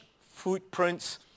footprints